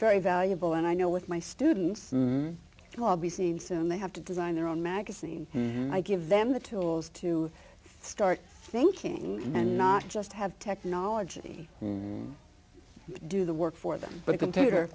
very valuable and i know with my students all be seeing soon they have to design their own magazine and i give them the tools to start thinking and not just have technology and do the work for them but a computer